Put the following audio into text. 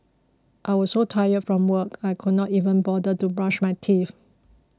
I was so tired from work I could not even bother to brush my teeth